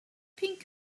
pink